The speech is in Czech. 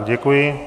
Děkuji.